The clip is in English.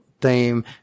theme